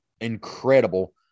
incredible